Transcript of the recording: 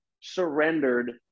surrendered